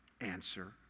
answer